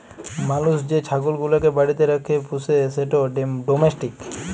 মালুস যে ছাগল গুলাকে বাড়িতে রাখ্যে পুষে সেট ডোমেস্টিক